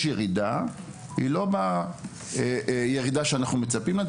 יש ירידה, אבל זו לא הירידה שאנחנו מצפים לה.